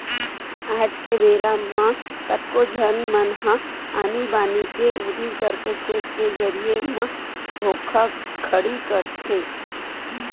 आज के बेरा म कतको झन मन ह आनी बानी के उदिम करके चेक के जरिए म धोखाघड़ी करथे